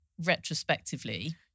retrospectively